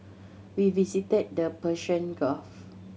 we visited the Persian Gulf